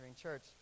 Church